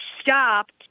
stopped